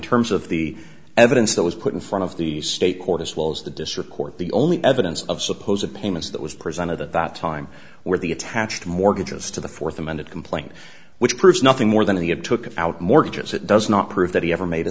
terms of the evidence that was put in front of the state court as well as the district court the only evidence of suppose of payments that was presented at that time were the attached mortgages to the fourth amended complaint which proves nothing more than any of took out mortgages it does not prove that he ever made a